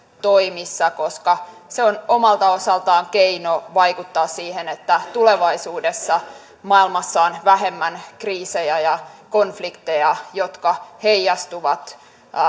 toimissa koska se on omalta osaltaan keino vaikuttaa siihen että tulevaisuudessa maailmassa on vähemmän kriisejä ja konflikteja jotka heijastuvat